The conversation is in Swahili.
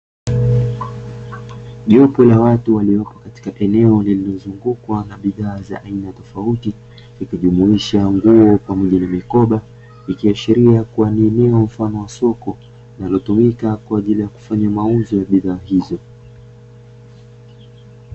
Jopo la watu walioko katika eneo lililozungukwa na bidhaa za aina tofauti, ikijumuisha nguo pamoja na mikoba, ikiashiria kuwa ni eneo mfano wa soko linalotumika kwa ajili ya kufanya mauzo ya bidhaa hizo.